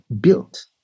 built